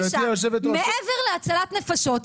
מעבר להצלת נפשות,